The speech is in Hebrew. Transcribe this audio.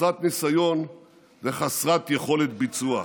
חסרת ניסיון וחסרת יכולת ביצוע.